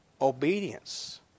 Obedience